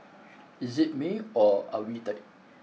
is it me or are we tired